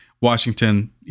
Washington